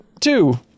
two